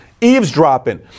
eavesdropping